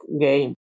game